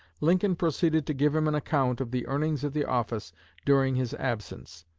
lincoln proceeded to give him an account of the earnings of the office during his absence.